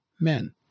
men